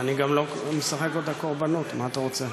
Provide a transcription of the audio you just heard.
אני גם לא משחק אותה בקורבנוּת, מה אתה רוצה?